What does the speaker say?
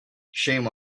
shame